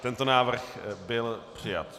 Tento návrh byl přijat.